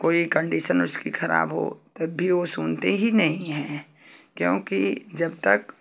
कोई कंडीसन उसकी खराब हो तब भी वो सुनते ही नहीं हैं क्योंकि जब तक